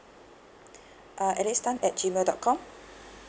uh alice tan at gmail dot com